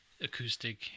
acoustic